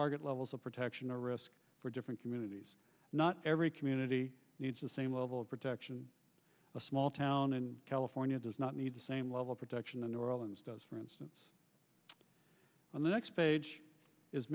target levels of protection or risk for different communities not every community needs the same level of protection a small town in california does not need the same level of protection a new orleans does for instance on the next page is